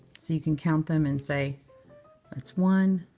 so you can count them and say that's one.